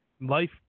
Life